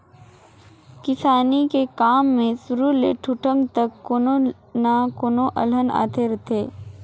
किसानी के काम मे सुरू ले ठुठुंग तक कोनो न कोनो अलहन आते रथें